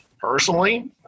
personally